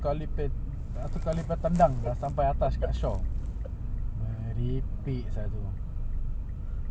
be though